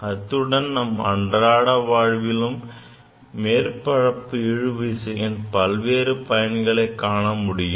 அத்துடன் நம் அன்றாட வாழ்விலும் மேற்பரப்பு இழுவிசையின் பல்வேறு பயனகளைக் காணமுடியும்